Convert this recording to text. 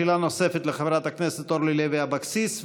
שאלה נוספת לחברת הכנסת אורלי לוי אבקסיס,